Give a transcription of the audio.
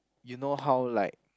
you know how like